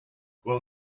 will